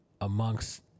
amongst